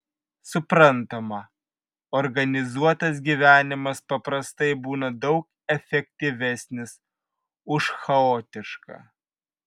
suprantama organizuotas gyvenimas paprastai būna daug efektyvesnis už chaotišką